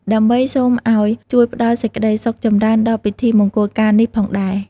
ដើម្បីសូមឱ្យជួយផ្ដល់សេចក្ដីសុខចម្រើនដល់ពិធីមង្គលការនេះផងដែរ។